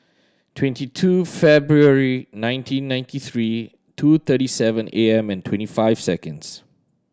twenty two February nineteen ninety three two thirty seven A M and twenty five seconds